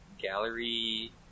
gallery